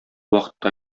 вакытта